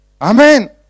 Amen